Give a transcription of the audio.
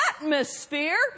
atmosphere